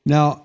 Now